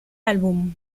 álbum